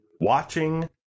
watching